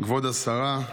כבוד השרה,